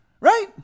Right